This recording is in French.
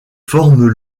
forment